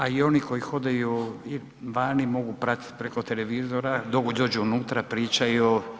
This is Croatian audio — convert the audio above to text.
A i oni koji hodaju vani mogu pratit preko televizora, dok dođu unutra pričaju.